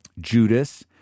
Judas